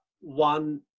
one